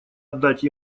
отдать